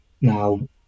Now